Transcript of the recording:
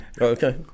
Okay